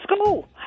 school